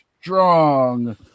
strong